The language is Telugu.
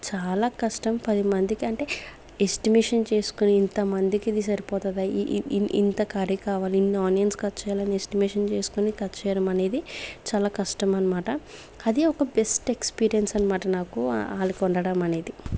చాలా కష్టం పదిమందికి అంటే ఎస్టిమేషన్ చేసుకొని ఇంతమందికి ఇది సరిపోతుందా ఇం ఇం ఇంత కర్రీ కావాలి ఇన్ని ఆనియన్స్ కట్ చేయాలి ఎస్టిమేషన్ చేసుకుని కట్ చేయడమనేది చాలా కష్టం అనమాట అది ఒక బెస్ట్ ఎక్స్పీరియన్స్ అనమాట నాకు వాళ్లకు వండడం అనేది